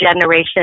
generation